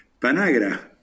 Panagra